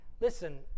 listen